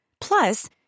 Plus